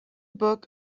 book